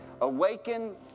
Awaken